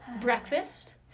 breakfast